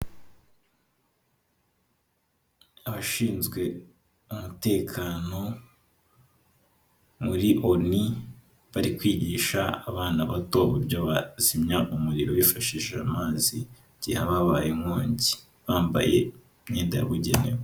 Abashinzwe umutekano muri ONI, bari kwigisha abana bato uburyo bazimya umuriro bifashishije amazi, igihe haba habaye inkongi, bambaye imyenda yabugenewe.